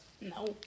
No